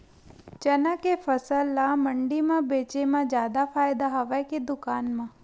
चना के फसल ल मंडी म बेचे म जादा फ़ायदा हवय के दुकान म?